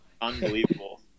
unbelievable